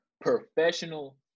professional